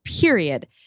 period